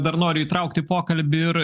dar noriu įtraukti į pokalbį ir